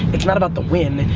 it's not about the win,